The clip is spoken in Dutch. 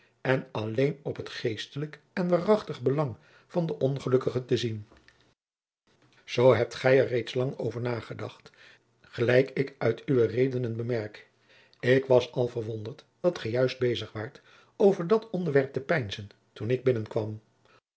en alleen op het geestelijk en waarachtig belang van den ongelukkige te zien zoo hebt gij er reeds lang over nagedacht gelijk ik uit uwe redenen bemerk ik was al verwonderd dat gij juist bezig waart over dat onderwerp te peinzen toen ik binnenkwam